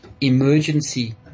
emergency